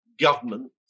government